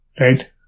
Right